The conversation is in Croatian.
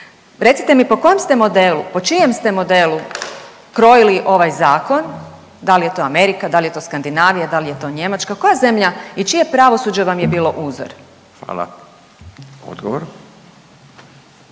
Recite mi po kojem ste modelu, po čijem ste modelu krojili ovaj zakon? Da li je to Amerika, da li je to Skandinavija, da li je to Njemačka, koja zemlja i čije pravosuđe vam je bilo uzor? **Radin,